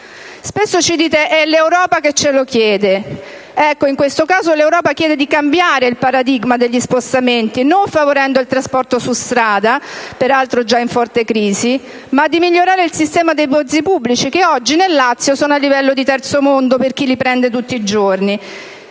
Spesso ci dite: è l'Europa che ce lo chiede. Ecco, in questo caso l'Europa chiede di cambiare il paradigma degli spostamenti, non favorendo il trasporto su strada, peraltro già in forte crisi, ma migliorando il sistema dei mezzi pubblici che oggi nel Lazio sono al livello di terzo mondo, per chi li prende tutti i giorni.